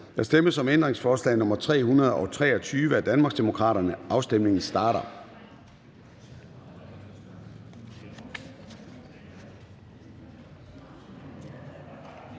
Der stemmes om ændringsforslag nr. 310 af Danmarksdemokraterne. Afstemningen starter.